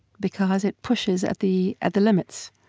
because it pushes at the at the limits